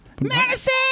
Madison